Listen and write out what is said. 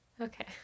Okay